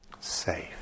Safe